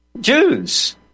Jews